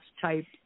type